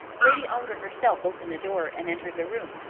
lady ongar herself opened the door and entered the room.